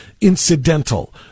incidental